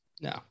no